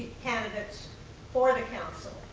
candidates for the council.